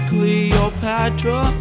Cleopatra